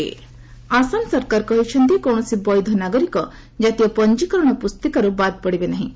ଆସାମ ଆସେମ୍କି ଆସାମ ସରକାର କହିଛନ୍ତି କୌଣସି ବୈଧ ନାଗରିକ ଜାତୀୟ ପଞ୍ଜୀକରଣ ପୁସ୍ତିକାରୁ ବାଦ୍ ପଡ଼ିବେ ନାହିଁ